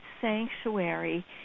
sanctuary